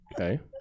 okay